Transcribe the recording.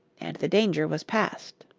and the danger was passed.